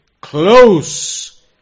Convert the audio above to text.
close